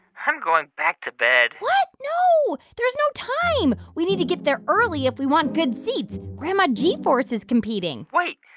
i'm going back to bed what? no. there's no time. we need to get there early if we want good seats. grandma g-force is competing wait.